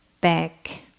back